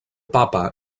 papa